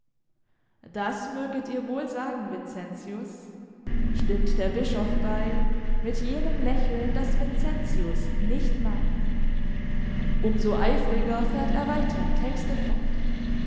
das möget ihr wohl sagen vincentius stimmt der bischof bei mit jenem lächeln das vincentius nicht mag um so eifriger fährt er weiter im texte fort